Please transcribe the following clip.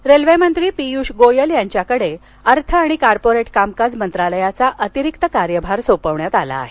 गोयल रेल्वेमंत्री पियूष गोयल यांच्याकडे अर्थ आणि कार्पोरेट कामकाज मंत्रालयाचा अतिरिक्त कार्यभार सोपविण्यात आला आहे